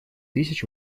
тысяч